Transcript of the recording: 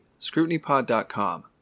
scrutinypod.com